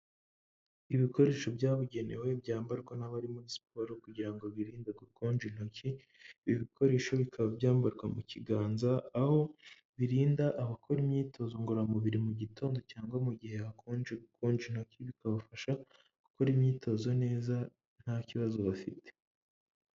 Ibikoresho byabugenewe byambarwa n'abari muri siporo kugira ngo birinde gukonje intoki, ibi bikoresho bikaba byambarwa mu kiganza aho birinda abakora imyitozo ngororamubiri mu gitondo cyangwa mu gihe hakonje. Bikabafasha gukora imyitozo neza nta kibazo bafite.